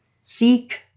seek